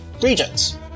regions